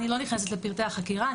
אני לא נכנסת לפרטי החקירה,